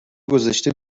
گذاشته